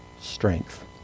strength